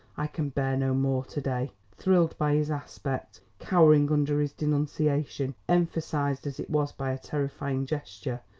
i can bear no more to-day. thrilled by his aspect, cowering under his denunciation, emphasised as it was by a terrifying gesture,